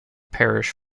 parish